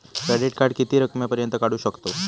Credit card किती रकमेपर्यंत काढू शकतव?